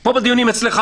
פה בדיונים אצלך